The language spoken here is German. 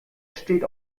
steht